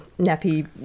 nappy